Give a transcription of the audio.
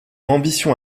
ambition